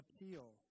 appeal